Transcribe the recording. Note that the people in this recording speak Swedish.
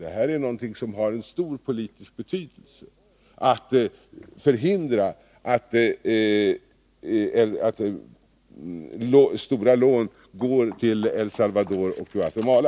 Detta är någonting som har stor politisk betydelse — att förhindra att stora lån går till E1 Salvador och Guatemala.